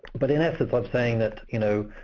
but in essence i'm saying that you know